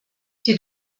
die